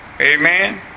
Amen